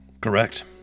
Correct